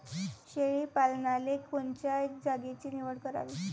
शेळी पालनाले कोनच्या जागेची निवड करावी?